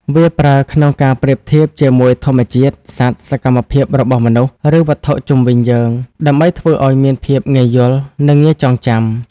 វាប្រើក្នុងការប្រៀបធៀបជាមួយធម្មជាតិ សត្វ សកម្មភាពរបស់មនុស្ស ឬវត្ថុជុំវិញយើង ដើម្បីធ្វើឲ្យមានភាពងាយយល់ និងងាយចងចាំ។